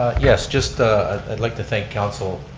yes, just, i'd like to thank council,